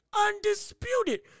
undisputed